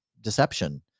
deception